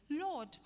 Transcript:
Lord